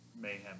mayhem